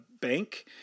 bank